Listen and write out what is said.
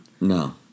No